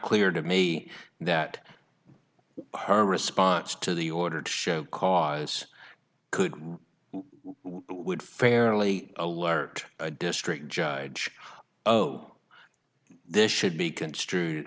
clear to me that her response to the order to show cause could would fairly alert a district judge oh this should be construed